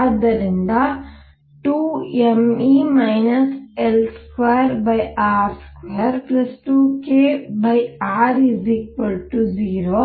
ಆದ್ದರಿಂದ 2mE L2r22kr 0